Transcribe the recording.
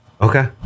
okay